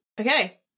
Okay